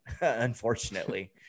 Unfortunately